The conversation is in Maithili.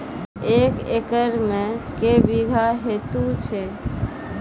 एक एकरऽ मे के बीघा हेतु छै?